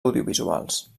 audiovisuals